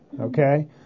okay